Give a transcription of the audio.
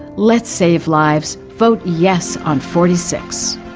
let's save lives. vote yes on forty six.